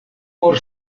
por